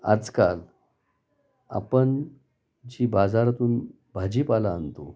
आजकाल आपण जी बाजारातून भाजीपाला आणतो